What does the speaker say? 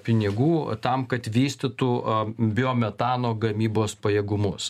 pinigų tam kad vystytų a biometano gamybos pajėgumus